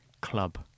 club